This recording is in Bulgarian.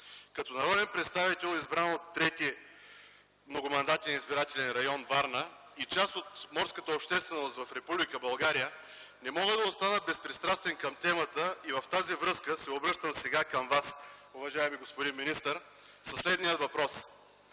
Като народен представител, избран от 3.Многомандатен избирателен район – Варна, и част от морската общественост в Република България, не мога да остана безпристрастен към темата и в тази връзка се обръщам сега към Вас, уважаеми господин министър, със следния въпрос: